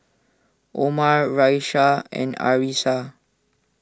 Omar Raisya and Arissa